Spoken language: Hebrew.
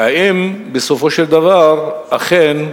והאם בסופו של דבר אכן,